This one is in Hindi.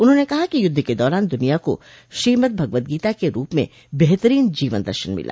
उन्होंने कहा कि युद्ध के दौरान दुनिया को श्रीमद्भगवतगीता के रूप में बेहतरीन जीवन दर्शन मिला